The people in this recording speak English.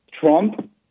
Trump